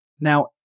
Now